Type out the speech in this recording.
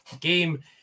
game